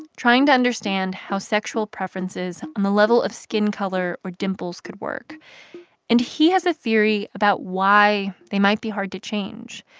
trying to understand how sexual preferences on the level of skin color or dimples could work and he has a theory about why they might be hard to change.